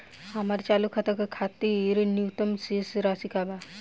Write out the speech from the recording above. हमार चालू खाता के खातिर न्यूनतम शेष राशि का बा?